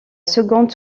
seconde